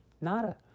nada